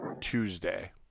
Tuesday